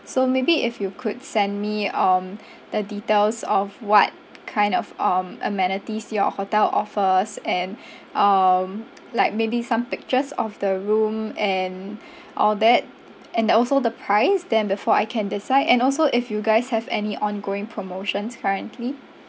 so maybe if you could send me um the details of what kind of um amenities your hotel offers and um like maybe some pictures of the room and all that and also the price then before I can decide and also if you guys have any ongoing promotions currently